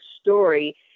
story